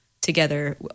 together